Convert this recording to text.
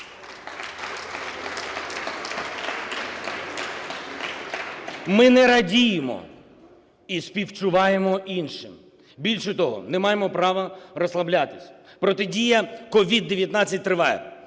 Ми не радіємо і співчуваємо іншим, більше того, не маємо права розслаблятися, протидія COVID-19 триває.